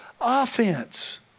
offense